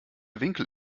winkel